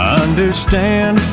understand